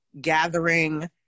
gathering